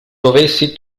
dovessi